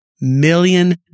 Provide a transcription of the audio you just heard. million